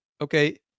okay